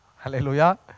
Hallelujah